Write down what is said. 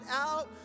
out